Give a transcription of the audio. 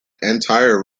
entire